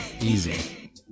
Easy